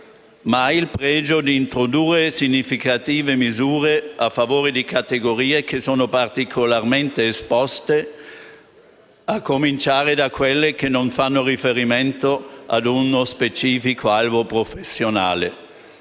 certo il pregio di introdurre significative misure a favore di categorie particolarmente esposte, a cominciare da quelle che non fanno riferimento a uno specifico albo professionale.